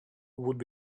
would